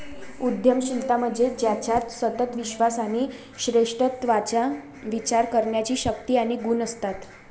उद्यमशीलता म्हणजे ज्याच्यात सतत विश्वास आणि श्रेष्ठत्वाचा विचार करण्याची शक्ती आणि गुण असतात